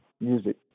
music